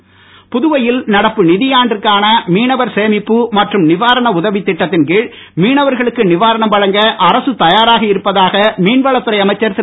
மீனவர் புதுவையில் நடப்பு நிதியாண்டிற்கான மீனவர் சேமிப்பு மற்றும் நிவாரண உதவி திட்டத்தின் கீர் மீனவர்களுக்கு நிவாரணம் வழங்க அரசு தயாராக இருப்பதாக மீன்வளத்துறை அமைச்சர் திரு